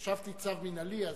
חשבתי צו מינהלי,